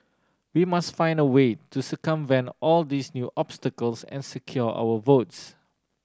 we must find a way to circumvent all these new obstacles and secure our votes